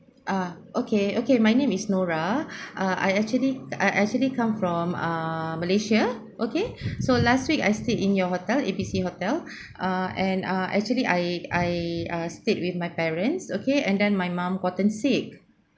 ah okay okay my name is nora ah I actually I actually come from ah malaysia okay so last week I stayed in your hotel A B C hotel ah and ah actually I I uh stayed with my parents okay and then my mum gotten sick